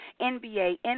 NBA